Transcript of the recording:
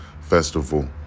Festival